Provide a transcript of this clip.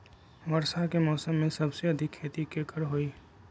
वर्षा के मौसम में सबसे अधिक खेती केकर होई?